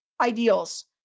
ideals